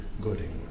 gooding